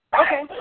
Okay